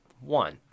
one